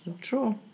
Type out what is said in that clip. true